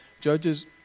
Judges